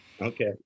Okay